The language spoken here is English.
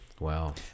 Wow